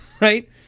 right